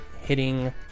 hitting